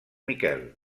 miquel